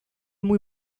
muy